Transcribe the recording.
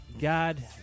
God